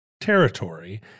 territory